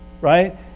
right